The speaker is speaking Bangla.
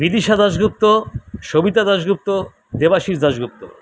বিদিশা দাসগুপ্ত সবিতা দাসগুপ্ত দেবাশীষ দাসগুপ্ত